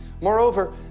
Moreover